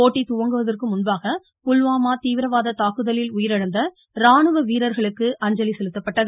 போட்டி துவங்குவதற்கு முன்பாக புல்வாமா தீவிரவாத தாக்குதலில் உயிரிழந்த ராணுவ வீரர்களுக்கு அஞ்சலி செலுத்தப்பட்டது